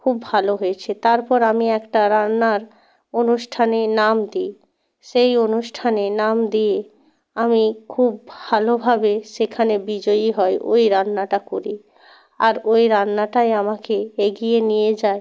খুব ভালো হয়েছে তারপর আমি একটা রান্নার অনুষ্ঠানে নাম দিই সেই অনুষ্ঠানে নাম দিয়ে আমি খুব ভালোভাবে সেখানে বিজয়ী হই ওই রান্নাটা করি আর ওই রান্নাটাই আমাকে এগিয়ে নিয়ে যায়